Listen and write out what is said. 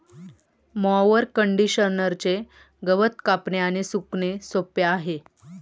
mower कंडिशनरचे गवत कापणे आणि सुकणे सोपे आहे